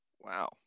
Wow